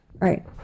right